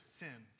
sin